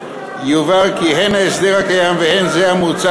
יובהר כי הן ההסדר הקיים והן זה המוצע